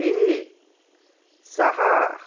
एक स